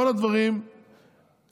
כל הדברים שישנם,